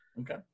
Okay